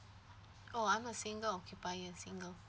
oh I'm a single occupier single